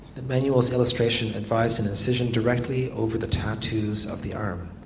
the manual's illustration advised an incision directly over the tattoos of the arm.